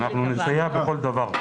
אנחנו נסייע בכל דבר.